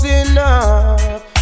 enough